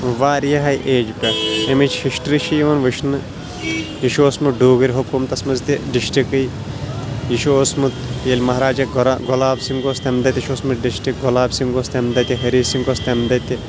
واریاہ ایج پٮ۪ٹھ اَمِچ ہِسٹری چھِ یِوان وٕچھنہٕ یہِ چھُ اوسمُت دوٗگٔر حکوٗمتس منٛز تہِ ڈِسٹکٕے یہِ چھُ اوسمُت ییٚلہِ مہراجا گۄلاب سِنگ اوس تَمہِ دۄہ تہِ چھُ اوسمُت ڈِسٹِک گۄلاب سِنگ اوس تَمہِ دۄہ تہِ ۂری سِنگ اوس تَمہِ دۄہ تہِ